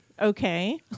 Okay